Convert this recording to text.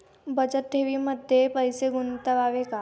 बचत ठेवीमध्ये पैसे गुंतवावे का?